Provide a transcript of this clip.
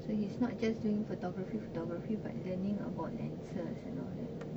so he's not just during photography photography but learning about lenses and all that